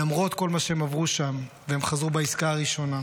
למרות כל מה שהם עברו שם, והם חזרו בעסקה הראשונה,